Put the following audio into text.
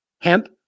hemp